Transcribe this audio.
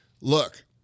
Look